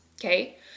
okay